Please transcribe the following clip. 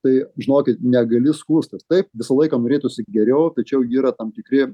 tai žinokit negali skųstis taip visą laiką norėtųsi geriau tai čia jau yra tam tikri